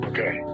Okay